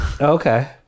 okay